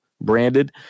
branded